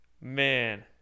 Man